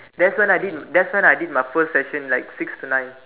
that's when I did that's when I did my first session like six to nine